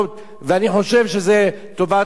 ואני חושב שזה לטובת כולנו.